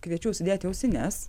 kviečiu užsidėti ausines